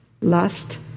lust